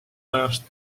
ajast